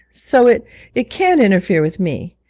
so it it can't interfere with me.